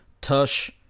Tush